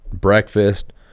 breakfast